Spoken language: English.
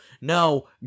No